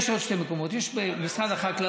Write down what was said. יש עוד שני מקומות: יש במשרד החקלאות,